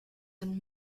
and